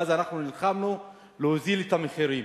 ואז אנחנו נלחמנו כדי להוריד את המחירים.